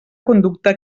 conducta